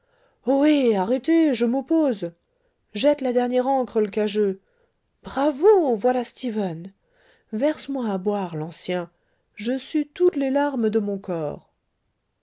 ohé arrêtez je m'oppose jette la dernière ancre l'cageux bravo voilà stephen verse-moi à boire l'ancien je sue toutes les larmes de mon corps